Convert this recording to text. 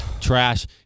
Trash